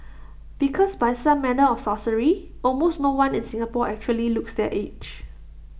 because by some manner of sorcery almost no one in Singapore actually looks their age